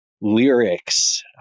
lyrics